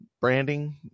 branding